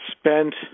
spent